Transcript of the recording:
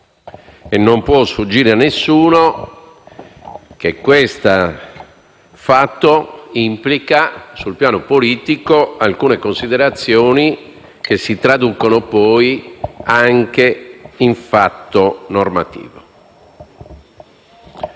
e non può sfuggire a nessuno che questo fatto implichi, sul piano politico, alcune considerazioni che si traducono poi anche in fatto normativo.